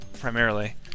primarily